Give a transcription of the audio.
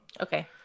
Okay